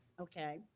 Okay